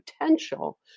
potential